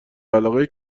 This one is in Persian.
علاقهای